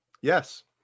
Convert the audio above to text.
Yes